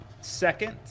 Second